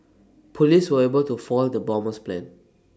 Police were able to foil the bomber's plans